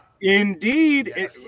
Indeed